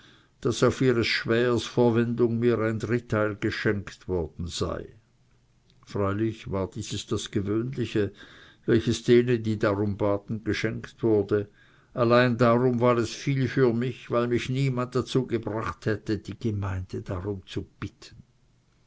daß auf ihres schwähers verwendung mir ein dritteil geschenkt worden sei freilich war dieses das gewöhnliche welches denen die darum baten geschenkt wurde allein darum war es viel für mich weil mich niemand dazu gebracht hätte die gemeinde darum zu bitten